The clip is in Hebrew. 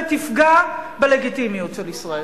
ותפגע בלגיטימיות של ישראל.